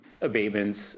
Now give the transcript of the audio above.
abatements